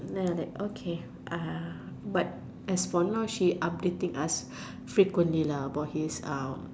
then like that okay uh but as for now she updating us frequently lah about his um